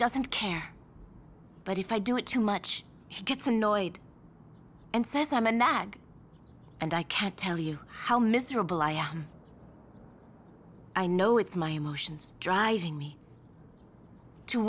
doesn't care but if i do it too much he gets annoyed and says i'm a nag and i can't tell you how miserable i am i know it's my emotions driving me to